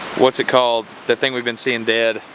what's it called the thing we've been seeing dead?